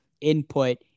input